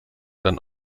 dann